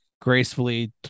gracefully